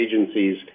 agencies